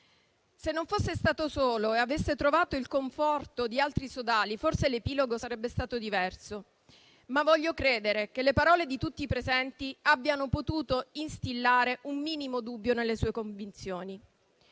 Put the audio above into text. Se non fosse stato solo e avesse trovato il conforto di altri sodali, forse l'epilogo sarebbe stato diverso, ma voglio credere che le parole di tutti i presenti abbiano potuto instillare un minimo dubbio nelle sue convinzioni